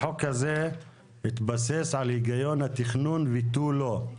החוק הזה מתבסס על היגיון התכנון ותו לא.